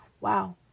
wow